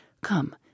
come